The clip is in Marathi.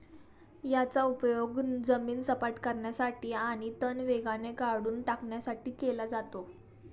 याचा उपयोग जमीन सपाट करण्यासाठी आणि तण वेगाने काढून टाकण्यासाठी केला जातो